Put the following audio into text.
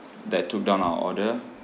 that took down our order